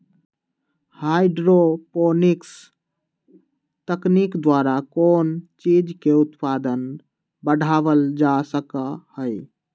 hydroponics तकनीक द्वारा कौन चीज के उत्पादन बढ़ावल जा सका हई